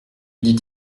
dit